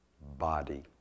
body